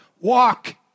walk